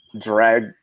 drag